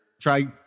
try